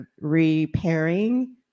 repairing